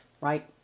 right